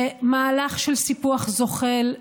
זה מהלך של סיפוח זוחל.